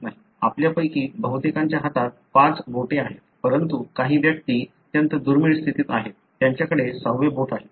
आपल्यापैकी बहुतेकांच्या हातात पाच बोटे आहेत परंतु काही व्यक्ती अत्यंत दुर्मिळ स्थितीत आहेत त्यांच्याकडे सहावे बोट आहे